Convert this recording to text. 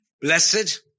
Blessed